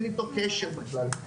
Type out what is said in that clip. אין איתו קשר בכלל.